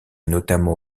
notamment